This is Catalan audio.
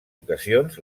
ocasions